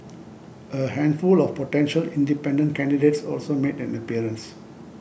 a handful of potential independent candidates also made an appearance